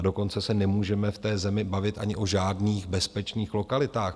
Dokonce se nemůžeme v té zemi bavit ani o žádných bezpečných lokalitách.